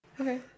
Okay